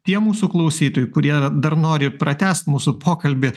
tie mūsų klausytojai kurie dar nori pratęst mūsų pokalbį